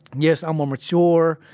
yes, i'm more mature,